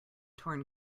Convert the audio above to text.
torn